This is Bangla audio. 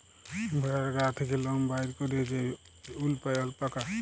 ভেড়ার গা থ্যাকে লম বাইর ক্যইরে যে উল পাই অল্পাকা